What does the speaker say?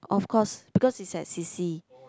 of cause because it's at C_C